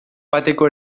bateko